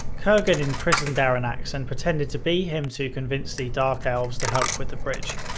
kerghan imprisoned ah arronax and pretended to be him to convince the dark elves to help with the bridge.